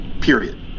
period